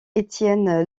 étienne